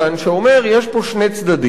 שאומר: יש פה שני צדדים.